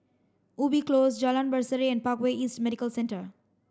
Ubi Close Jalan Berseri and Parkway East Medical Centre